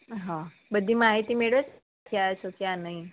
હ બધી માહિતી મેળવે ક્યાંથી આયા છો કયા નહીં